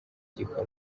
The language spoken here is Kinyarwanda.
gikorwa